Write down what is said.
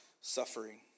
suffering